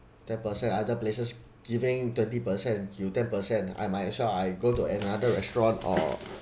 ten per cent other places giving thirty per cent you ten per cent I might as well I go to another restaurant or